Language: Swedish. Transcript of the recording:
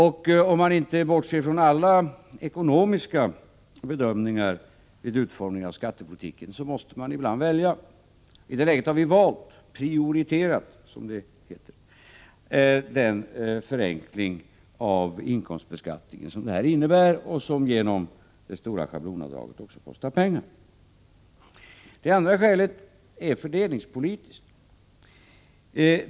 Om man inte bortser från alla ekonomiska bedömningar vid utformningen av skattepolitiken, måste man ibland välja. I det läget har vi valt — prioriterat, som det heter — den förenkling av inkomsbestkattningen som förslaget innebär och som genom det stora schablonavdraget också kostar pengar. Det andra skälet är fördelningspolitiskt.